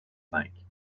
cinq